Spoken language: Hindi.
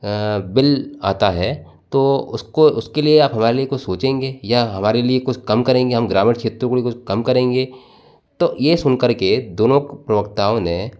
अ बिल आता है तो उसको उसके लिए आप हमारे लिए कुछ सोचेंगे या हमारे लिए कुछ कम करेंगे हम ग्रामीण क्षेत्रों को भी कुछ कम करेंगे तो ये सुनकर के दोनों प्रवक्ताओं ने